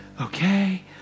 Okay